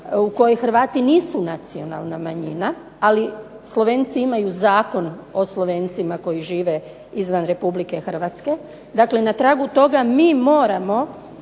u kojoj Hrvati nisu nacionalna manjina, ali Slovenci imaju Zakon o Slovencima koji žive izvan Republike Hrvatske, dakle na tragu toga mi moramo